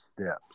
steps